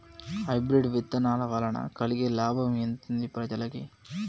Hybrid విత్తనాల వలన కలిగే లాభం ఎంతుంది ప్రజలకి?